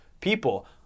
people